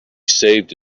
saved